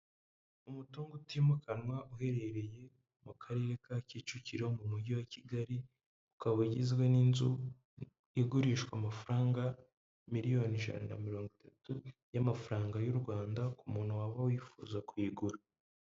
Umutungo utimukanwa uherereye mu karere ka Kicukiro mu mujyi wa Kigali, ukaba ugizwe n'inzu igurishwa amafaranga miliyoni ijana na mirongo itatu y'amafaranga y'u Rwanda ku muntu waba wifuza kuyigura.